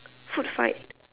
food fight